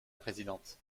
présidente